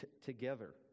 together